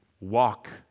walk